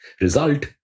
Result